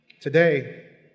Today